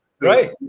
right